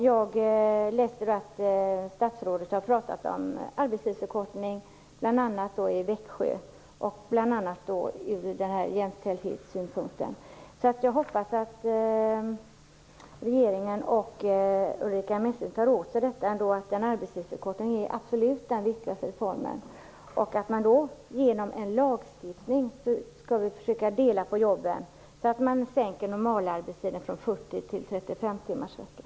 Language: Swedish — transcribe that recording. Jag läste att statsrådet har pratat om arbetstidsförkortning, t.ex. i Växjö, bl.a. från jämställdhetssynpunkt. Jag hoppas att regeringen och Ulrica Messing tar åt sig att en arbetstidsförkortning är den absolut viktigaste reformen och att man genom lagstiftning bör försöka dela på jobben så att man sänker normalarbetstiden från 40 till 35 timmar i veckan.